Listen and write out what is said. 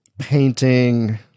painting